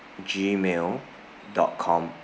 gmail dot com